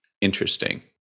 interesting